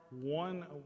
one